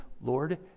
Lord